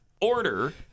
order